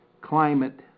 climate